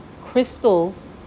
crystals